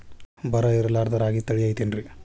ಬರ ಇರಲಾರದ್ ರಾಗಿ ತಳಿ ಐತೇನ್ರಿ?